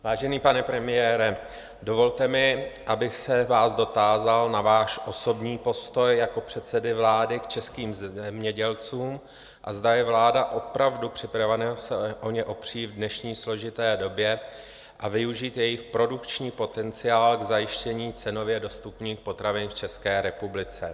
Vážený pane premiére, dovolte mi, abych se vás dotázal na váš osobní postoj jako předsedy vlády k českým zemědělcům a zda je vláda opravdu připravena se o ně opřít v dnešní složité době a využít jejich produkční potenciál k zajištění cenově dostupných potravin v České republice.